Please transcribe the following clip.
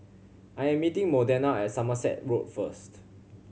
I am meeting Modena at Somerset Road first